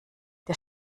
der